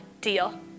deal